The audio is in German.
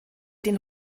den